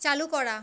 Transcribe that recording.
চালু করা